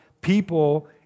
people